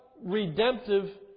redemptive